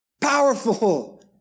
powerful